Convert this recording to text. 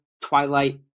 Twilight